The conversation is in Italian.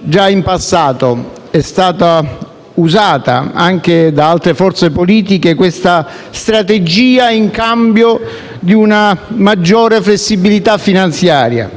Già in passato è stata usata anche da altre forze politiche questa strategia, in cambio di una maggiore flessibilità finanziaria.